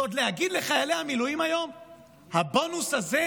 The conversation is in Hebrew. ועוד להגיד לחיילי מילואים היום שהבונוס הזה